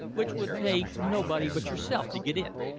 which would pay nobody but yourself to get in.